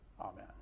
Amen